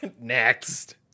Next